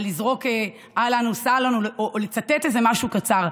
על לזרוק "אהלן וסהלן" או לצטט משהו קצר,